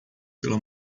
pela